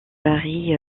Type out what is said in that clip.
varie